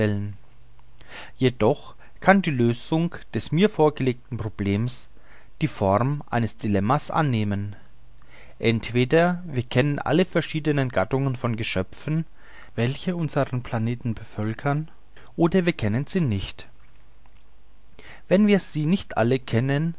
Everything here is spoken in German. jedoch kann die lösung des mir vorgelegten problems die form eines dilemma annehmen entweder wir kennen alle verschiedenen gattungen von geschöpfen welche unsern planeten bevölkern oder wir kennen sie nicht wenn wir sie nicht alle kennen